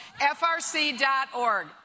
FRC.org